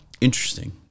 interesting